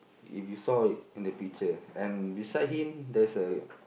if you saw it in the picture and beside him there's a